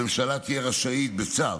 הממשלה תהיה רשאית, בצו,